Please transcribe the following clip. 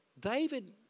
David